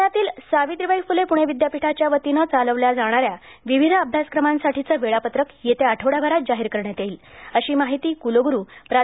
पुण्यातील सावित्रीबाई फुले पुणे विद्यापीठाच्या वतीनं चालवल्या जाणाऱ्या विविध अभ्यासक्रमांसाठीचं वेळापत्रक येत्या आठवड्याभरात जाहीर करण्यात येईल अशी माहिती कुलगुरू प्रा